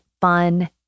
fun